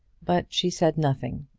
but she said nothing,